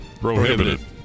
Prohibited